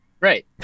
Right